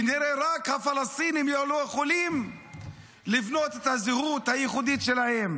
כנראה רק הפלסטינים לא יכולים לבנות את הזהות הייחודית שלהם.